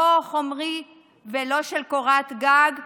לא חומרי ולא של קורת גג.